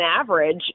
average